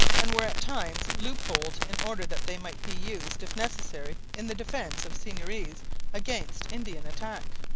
and were at times loop-holed in order that they might be used if necessary in the defence of seigneuries against indian attack.